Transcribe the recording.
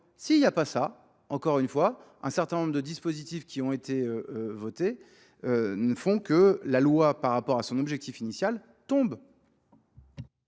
S'il n'y a pas ça, encore une fois, un certain nombre de dispositifs qui ont été votés ne font que la loi par rapport à son objectif initial tombe.